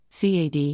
CAD